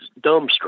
dumbstruck